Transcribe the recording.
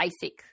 basic